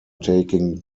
taking